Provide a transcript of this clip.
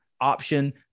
option